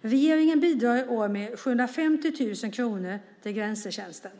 Regeringen bidrar i år med 750 000 kronor till Grensetjänsten.